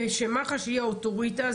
ושמח"ש יהיה האוטוריטה,